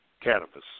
cannabis